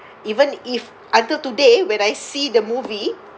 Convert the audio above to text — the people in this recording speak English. even if until today when I see the movie